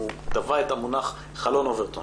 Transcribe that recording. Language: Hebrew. הוא קבע את המונח חלון אוברטון